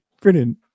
Brilliant